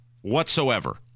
whatsoever